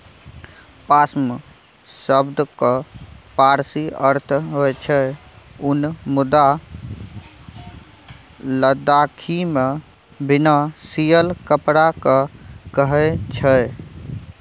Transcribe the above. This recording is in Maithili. पाश्म शब्दक पारसी अर्थ होइ छै उन मुदा लद्दाखीमे बिना सियल कपड़ा केँ कहय छै